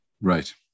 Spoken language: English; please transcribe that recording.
Right